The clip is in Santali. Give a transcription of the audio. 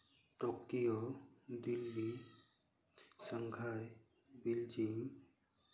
Tokyo Delhi Shanghai Beijing